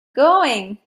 going